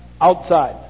outside